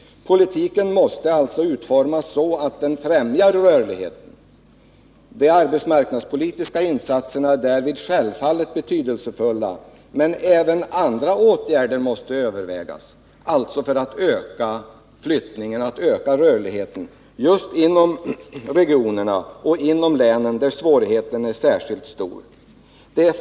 Politiken måste alltså utformas så att den främjar rörligheten. De arbetsmarknadspolitiska insatserna är därvid självfallet betydelsefulla, men även andra åtgärder måste övervägas.” Detta vill alltså moderaterna göra för att öka flyttningen och rörligheten just inom de regioner och län där svårigheterna är särskilt stora.